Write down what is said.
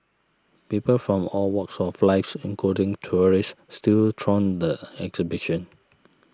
people from all walks of lives including tourists still throng the exhibition